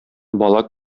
бала